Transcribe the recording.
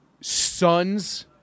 sons